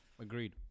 Agreed